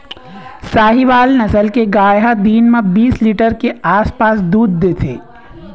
साहीवाल नसल के गाय ह दिन म बीस लीटर के आसपास दूद देथे